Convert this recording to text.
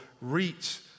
reach